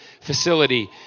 facility